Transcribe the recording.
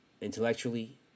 intellectually